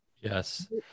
Yes